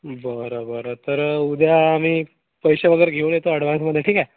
बरं बरं तर उद्या आम्ही पैसे वगैरे घेऊन येतो अडवान्समध्ये ठीक आहे